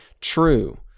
true